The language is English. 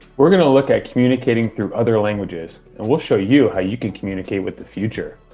we're going to look at communicating through other languages and we'll show you how you can communicate with the future.